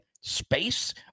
space